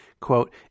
Quote